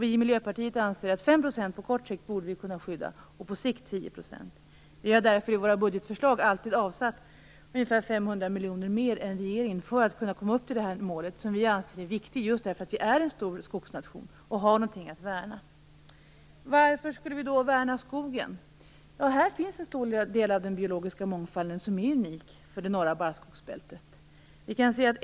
Vi i Miljöpartiet anser att vi borde kunna skydda 5 % på kort sikt, och på längre sikt 10 %. I våra budgetförslag har vi därför alltid avsatt ungefär 500 miljoner mer än regeringen för att kunna komma upp till det här målet. Vi anser att det är viktigt just därför att vi är en stor skogsnation och har någonting att värna. Varför skall vi då värna skogen? Här finns en stor del av den biologiska mångfald som är unik för det norra barrskogsbältet.